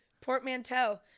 Portmanteau